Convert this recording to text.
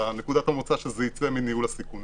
נקודת המוצא שזה ייצא מניהול הסיכונים.